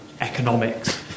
economics